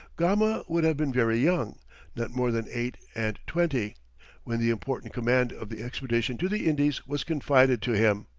gama would have been very young not more than eight and twenty when the important command of the expedition to the indies was confided to him,